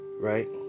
Right